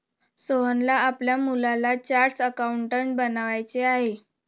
सोहनला आपल्या मुलाला चार्टर्ड अकाउंटंट बनवायचे आहे